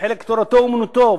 וחלק תורתו-אומנותו,